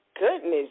Goodness